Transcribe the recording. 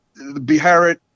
Beharit